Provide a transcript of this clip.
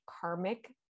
karmic